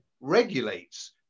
regulates